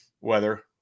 weather